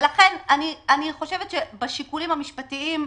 לכן אני חושבת שבשיקולים המשפטיים,